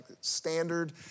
standard